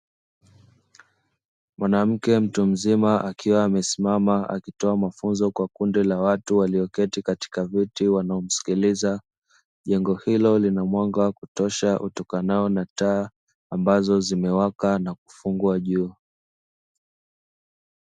Mwanamke mtu mzima akiwa amesimama akitoa mafunzo kwa kundi la watu walioketi katika viti wanao msikiliza, jengo hilo linamwanga wa kutosha utokanao na taa ambazo zimewaka na kufungwa juu.